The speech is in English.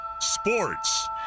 Sports